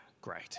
great